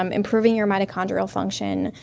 um improving your mitochondrial function,